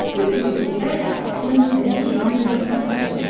you'll get it all back wednesday, january twenty seventh.